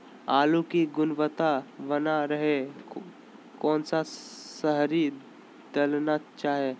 आलू की गुनबता बना रहे रहे कौन सा शहरी दलना चाये?